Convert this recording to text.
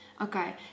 okay